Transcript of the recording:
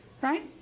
Right